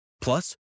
Plus